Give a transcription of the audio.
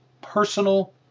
personal